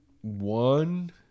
One